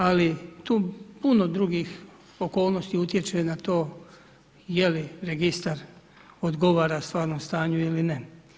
Ali tu puno drugih okolnosti utječe na to je li registar odgovara stvarnom stanju ili ne.